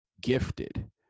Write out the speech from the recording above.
gifted